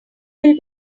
will